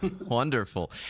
Wonderful